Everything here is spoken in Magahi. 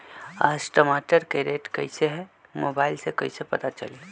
आज टमाटर के रेट कईसे हैं मोबाईल से कईसे पता चली?